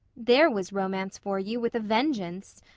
there was romance for you, with a vengeance!